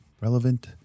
relevant